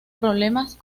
problemas